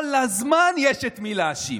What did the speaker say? כל הזמן יש את מי להאשים: